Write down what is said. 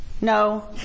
No